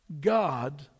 God